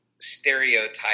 stereotype